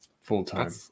full-time